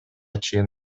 чейин